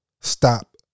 stop